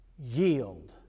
yield